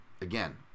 again